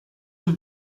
have